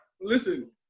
Listen